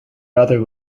rather